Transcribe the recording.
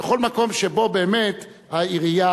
בכל מקום שבו באמת העירייה,